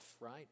right